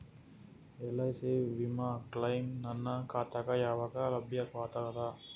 LIC ವಿಮಾ claim ನನ್ನ ಖಾತಾಗ ಯಾವಾಗ ಲಭ್ಯವಾಗತದ?